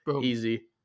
easy